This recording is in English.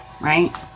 right